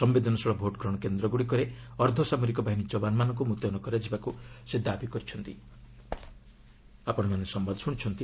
ସମ୍ବେଦନଶୀଳ ଭୋଟ୍ଗ୍ରହଣ କେନ୍ଦ୍ରଗୁଡ଼ିକରେ ଅର୍ଦ୍ଧସାମରିକ ବାହିନୀ ଯବାନମାନଙ୍କୁ ମୁତୟନ କରାଯିବାକୁ ସେ ଦାବି କରିଚ୍ଛନ୍ତି